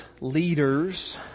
leaders